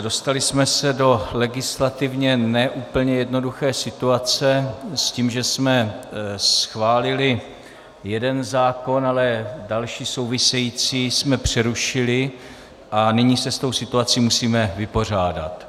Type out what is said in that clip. Dostali jsme se do legislativně ne úplně jednoduché situace s tím, že jsme schválili jeden zákon, ale další související jsme přerušili, a nyní se s tou situací musíme vypořádat.